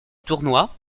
tournoi